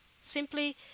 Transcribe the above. simply